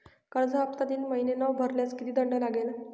कर्ज हफ्ता तीन महिने न भरल्यास किती दंड लागेल?